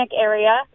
area